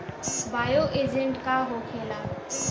Bio agent का होखेला?